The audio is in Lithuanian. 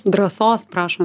drąsos prašom